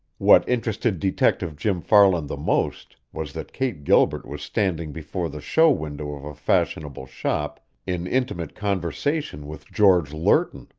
what interested detective jim farland the most was that kate gilbert was standing before the show window of a fashionable shop in intimate conversation with george lerton,